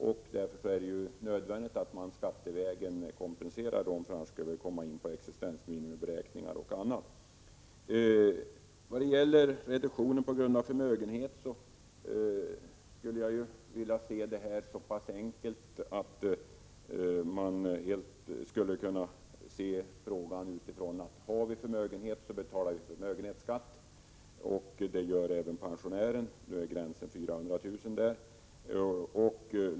Därför är det nödvändigt att skattevägen kompensera den. Annars kommer vi in på existensminimumberäkningar och liknande. Den som har en förmögenhet betalar förmögenhetsskatt. Det gör även pensionärer. Gränsen går vid 400 000 kr.